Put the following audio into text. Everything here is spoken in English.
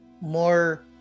more